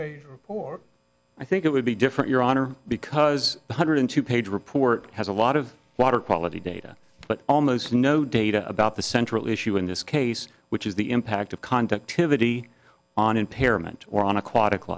hundred or i think it would be different your honor because one hundred two page report has a lot of water quality data but almost no data about the central issue in this case which is the impact of conductivity on impairment or on aquatic